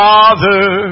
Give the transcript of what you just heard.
Father